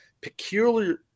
peculiar